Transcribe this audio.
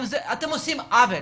אתם עושים עוול.